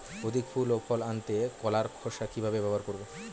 অধিক ফুল ও ফল আনতে কলার খোসা কিভাবে ব্যবহার করব?